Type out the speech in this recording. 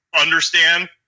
understand